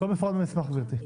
הכול מפורט במסמך גברתי.